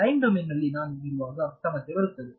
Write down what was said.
time ಡೊಮೇನ್ನಲ್ಲಿ ನಾನು ಇರುವಾಗ ಸಮಸ್ಯೆ ಬರುತ್ತದೆ